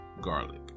garlic